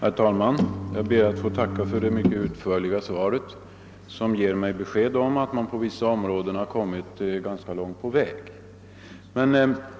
Herr talman! Jag ber att få tacka för det mycket utförliga svaret, som ger mig besked om att man på vissa områden kommit ganska långt på väg.